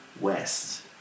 West